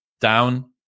down